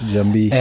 Jambi